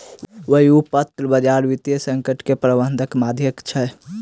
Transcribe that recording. व्युत्पन्न बजार वित्तीय संकट के प्रबंधनक माध्यम छै